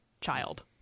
child